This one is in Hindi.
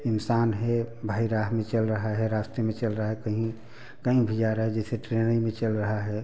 इंसान है भाई राह में चल रहा है रास्ते में चल रहा है कहीं कहीं भी जा रहा है जैसे ट्रेन ही में चल रहा है